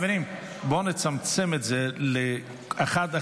בוא נצמצם את זה לאחד,